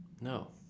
No